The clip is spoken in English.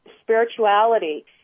spirituality